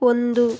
ಒಂದು